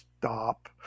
stop